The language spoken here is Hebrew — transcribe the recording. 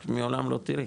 את לעולם לא תראי.